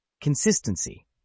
Consistency